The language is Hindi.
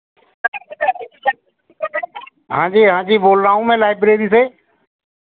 हाँ जी हाँ जी मैं बोल रहा हूँ लाइब्रेरी से